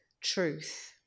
truth